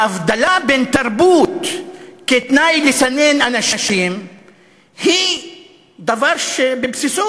ההבדלה בין תרבויות כתנאי לסנן אנשים היא דבר שבבסיסו